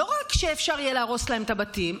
לא רק שאפשר יהיה להרוס להם את הבתים,